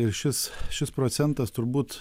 ir šis šis procentas turbūt